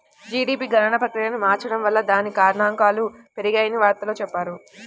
GDP గణన ప్రక్రియను మార్చడం వల్ల దాని గణాంకాలు పెరిగాయని వార్తల్లో చెప్పారు